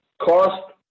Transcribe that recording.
cost